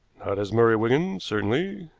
not as murray wigan, certainly,